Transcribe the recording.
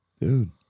Dude